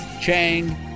Chang